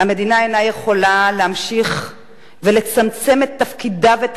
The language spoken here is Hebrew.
המדינה אינה יכולה להמשיך ולצמצם את תפקידה ואת